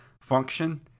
function